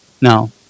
No